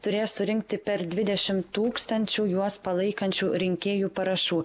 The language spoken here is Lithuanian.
turės surinkti per dvidešimt tūkstančių juos palaikančių rinkėjų parašų